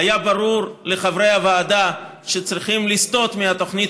היה ברור לחברי הוועדה שצריכים לסטות מהתוכנית